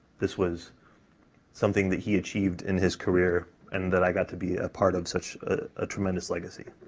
this was something that he achieved in his career and that i got to be a part of such a tremendous legacy.